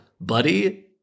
buddy